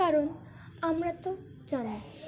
কারণ আমরা তো জানি